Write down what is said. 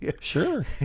sure